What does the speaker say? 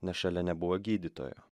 nes šalia nebuvo gydytojo